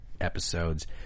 episodes